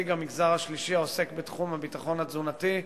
נציג המגזר השלישי העוסק בתחום הביטחון התזונתי,